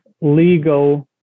legal